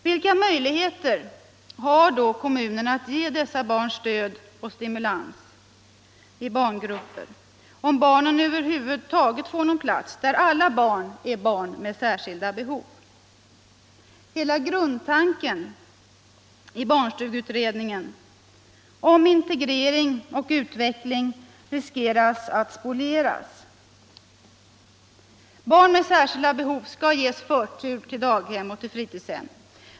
Vilka möjligheter har då kommunen att ge dessa barn stöd och sti Barnomsorgen Barnomsorgen mulans i barngrupper, om barnen över huvud taget får någon plats, där alla barn är barn med särskilda behov? Hela grundtanken i barnstugeutredningen om integrering och utveckling riskerar att spolierus. Barn med särskilda behov skall ges förtur till daghem och fritidshem.